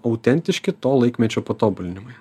autentiški to laikmečio patobulinimai